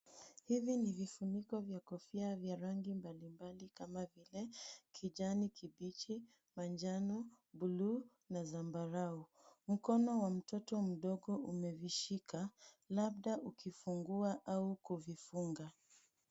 Hivi ni vifuniko vya kofia vya rangi mbalimbali kama vile kijani kibichi, manjano, blue na zambarau. Mkono wa mtoto mdogo umevishika, labda ukifungua au kuvifunga.